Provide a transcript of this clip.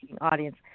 audience